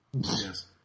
Yes